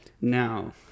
Now